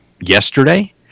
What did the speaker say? Yesterday